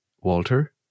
Walter